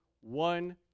one